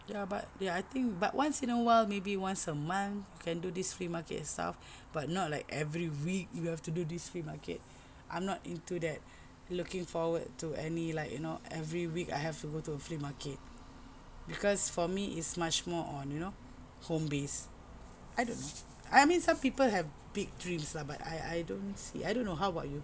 ya but ya I think but once in a while maybe once a month can do this flea market stuff but not like every week you have to do this flea market I'm not into that looking forward to any like you know every week I have to go to a flea market cause for me is much more on you know home-based I don't know I mean some people have big dreams lah but I I don't see I don't know how about you